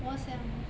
我想